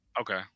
Okay